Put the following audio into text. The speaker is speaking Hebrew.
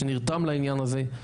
שנרתם לעניין הזה,